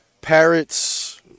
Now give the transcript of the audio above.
parrots